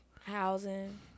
Housing